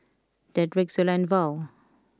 Dedrick Zula and Val